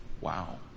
wow